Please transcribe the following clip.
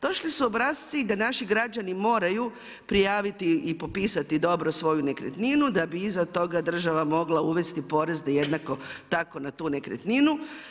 Došli su obrasci da naši građani moraju prijaviti i popisati dobro svoju nekretninu, da bi iza toga država mogla uvesti porez jednako tako na tu nekretninu.